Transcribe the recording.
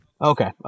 Okay